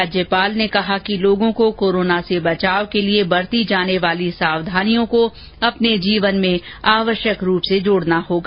राज्यपाल ने कहा कि लोगों को कोरोना से बचाव के लिए बरती जाने वाली सावधानियों को अपने जीवन में आवश्यक रूप से जोड़ना होगा